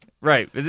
right